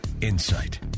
insight